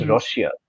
Russia